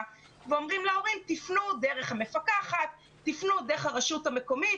ואומרים להורים שיפנו דרך המפקחת או דרך הרשות המקומית